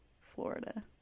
florida